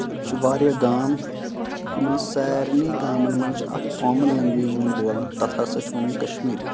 چھِ واریاہ گام یِمن سارنی گامَن منٛز چھُ اکھ کامَن لینگویج یِوان بولنہٕ تَتھ ہسا چھِ وَنان کَشمیٖری